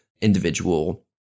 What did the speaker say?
individual